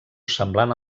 semblant